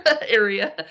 area